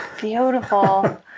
Beautiful